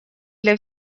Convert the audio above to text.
для